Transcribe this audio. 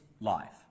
life